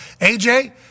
AJ